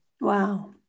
wow